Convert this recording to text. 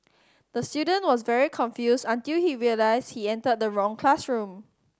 the student was very confused until he realised he entered the wrong classroom